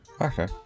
Okay